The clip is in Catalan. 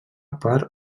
per